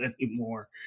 anymore